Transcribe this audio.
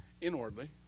inwardly